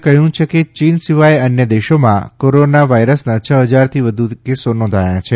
એ કહ્યું છે કે ચીન સિવાય અન્ય દેશોમાં કોરોના વાઈરસના છ ફજારથી વધુ કેસો નોંધાયા છે